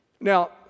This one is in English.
now